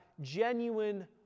genuine